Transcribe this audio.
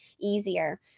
easier